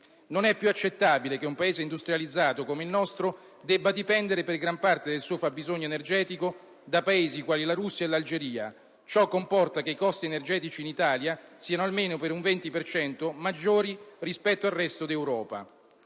Non è più accettabile che un Paese industrializzato come il nostro debba dipendere per gran parte del suo fabbisogno energetico da Paesi quali la Russia e l'Algeria. Ciò comporta che i costi energetici in Italia siano per almeno il 20 per cento maggiori rispetto al resto d'Europa.